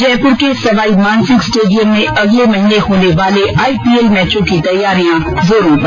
जयपुर के सवाईमानसिंह स्टेडियम में अगले महीने होने वाले आईपीएल मैचों की तैयारियां जौरों पर